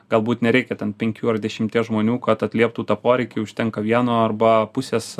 galbūt nereikia ten penkių ar dešimties žmonių kad atlieptų tą poreikį užtenka vieno arba pusės